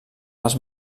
les